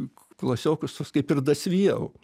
klasiokus tuos kaip ir dasivijau